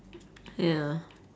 ya